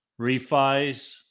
refis